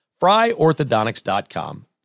FryOrthodontics.com